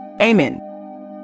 Amen